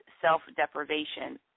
self-deprivation